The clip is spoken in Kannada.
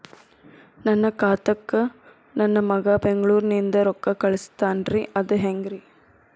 ನನ್ನ ಖಾತಾಕ್ಕ ನನ್ನ ಮಗಾ ಬೆಂಗಳೂರನಿಂದ ರೊಕ್ಕ ಕಳಸ್ತಾನ್ರಿ ಅದ ಹೆಂಗ್ರಿ?